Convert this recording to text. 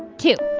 two